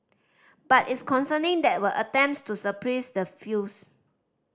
but it's concerning there were attempts to suppress the views